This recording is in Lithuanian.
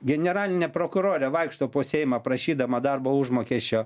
generalinė prokurorė vaikšto po seimą prašydama darbo užmokesčio